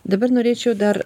dabar norėčiau dar